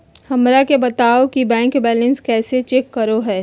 हमरा के बताओ कि बैंक बैलेंस कैसे चेक करो है?